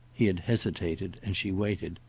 he had hesitated, and she waited.